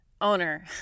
owner